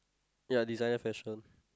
ya designer fashion